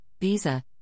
visa